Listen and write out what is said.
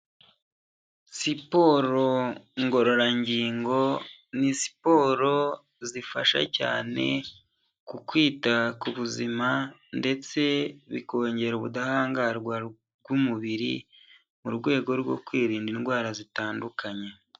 Siporo ngororangingo, ni siporo zifasha cyane ku kwita ku buzima, ndetse bikongera ubudahangarwa bw'umubiri mu rwego rwo kwirinda indwara zitandukanye.